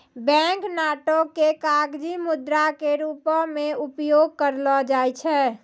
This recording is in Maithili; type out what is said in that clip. बैंक नोटो के कागजी मुद्रा के रूपो मे उपयोग करलो जाय छै